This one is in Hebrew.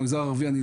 במגזר הערבי,